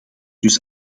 dus